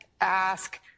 ask